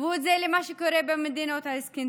תשוו את זה למה שקורה במדינות סקנדינביה,